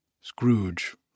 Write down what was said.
Scrooge